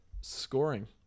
scoring